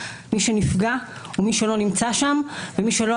מי שנפגע הוא מי שלא נמצא שם ומי שלא